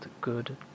good